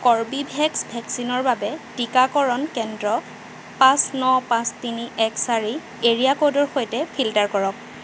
Corbevax ভেকচিনৰ বাবে টীকাকৰণ কেন্দ্ৰ পাঁচ ন পাঁচ তিনি এক চাৰি এৰিয়া ক'ডৰ সৈতে ফিল্টাৰ কৰক